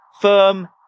firm